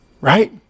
right